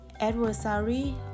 adversary